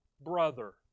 brother